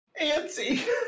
Antsy